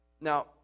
Now